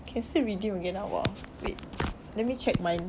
can still redeem again now ah wait let me check my